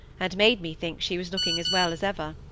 and made me think she was looking as well as ever.